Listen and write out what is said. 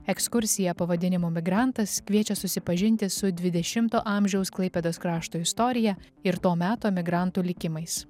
ekskursija pavadinimu migrantas kviečia susipažinti su dvidešimto amžiaus klaipėdos krašto istorija ir to meto emigrantų likimais